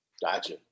Gotcha